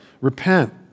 repent